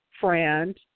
friend